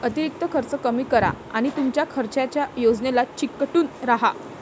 अतिरिक्त खर्च कमी करा आणि तुमच्या खर्चाच्या योजनेला चिकटून राहा